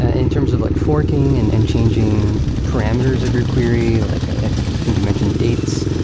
ah in terms of like forking and and changing parameters of your query, like i think think you mentioned dates.